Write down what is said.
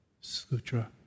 Sutra